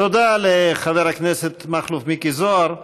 תודה לחבר הכנסת מכלוף מיקי זוהר,